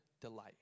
delight